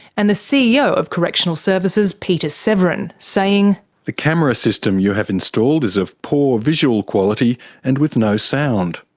and the ceo of correctional services peter severin, saying reading the camera system you have installed is of poor visual quality and with no sound.